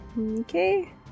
Okay